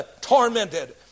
tormented